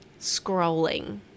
scrolling